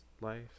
life